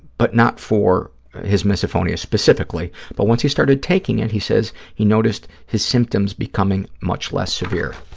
but not for his misophonia specifically, but once he started taking it, he says he noticed his symptoms becoming much less severe.